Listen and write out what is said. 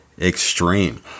extreme